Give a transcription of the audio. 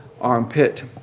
armpit